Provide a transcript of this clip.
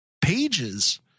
pages